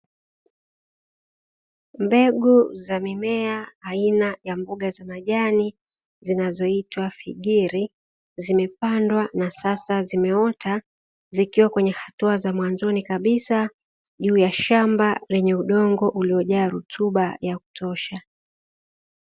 Mbegu za mimea aina ya mboga za majani zinazoitwa figiri, zimepandwa na sasa zimeota zikiwa kwenye hatua za mwanzoni kabisa, juu ya shamba lenye udongo uliojaa rutuba ya kutosha.